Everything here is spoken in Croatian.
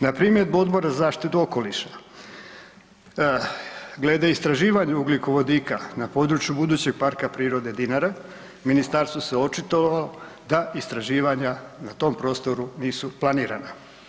Na primjedbu Odbora za zaštitu okoliša glede istraživanja ugljikovodika na području budućeg PP Dinara ministarstvo se očitovalo da istraživanja na tom prostoru nisu planirana.